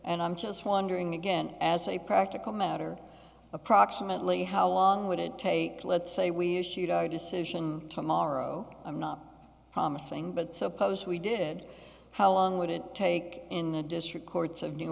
and i'm just wondering again as a practical matter approximately how long would it take let's say we issued a decision tomorrow i'm not promising but suppose we did how long would it take in the district court of new